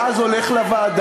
ואז זה הולך לוועדה,